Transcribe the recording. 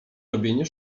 robienie